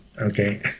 Okay